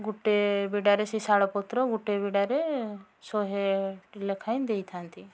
ଗୋଟିଏ ବିଡ଼ାରେ ସେ ଶାଳପତ୍ର ଗୋଟିଏ ବିଡ଼ାରେ ଶହେଟି ଲେଖାଏଁ ଦେଇଥାନ୍ତି